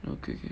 okay okay